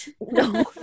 no